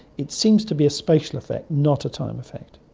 it seems to be a spatial effect not a time affect.